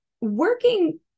working